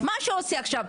מה שעושים עכשיו,